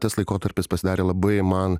tas laikotarpis pasidarė labai man